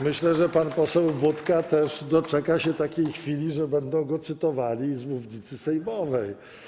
Myślę, że pan poseł Budka też doczeka się takiej chwili, że będą go cytowali z mównicy sejmowej.